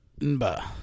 Nba